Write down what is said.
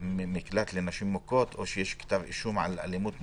שנמצאת במקלט לנשים מוכות או כשיש כתב אישום על אלימות.